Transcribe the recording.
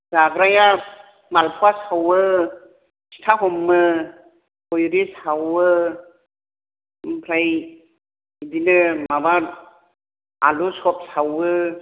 जाग्राया मालप'वा सावो फिथा हमो बिदि सावो ओमफ्राय बिदिनो माबा आलु सप सावो